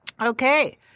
Okay